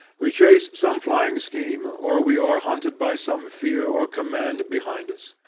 we chase some flying scheme, or we are hunted by some fear or command behind us.